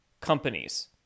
companies